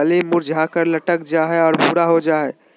कली मुरझाकर लटक जा हइ और भूरा हो जा हइ